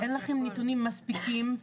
אין לכם נתונים מספיקים,